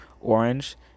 orange